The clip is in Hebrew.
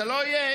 כדי שזה לא יהיה,